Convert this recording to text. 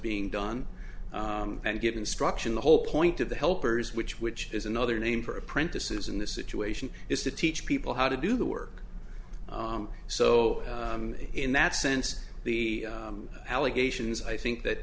being done and get instruction the whole point of the helpers which which is another name for apprentices in this situation is to teach people how to do the work so in that sense the allegations i think